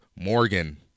Morgan